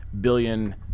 billion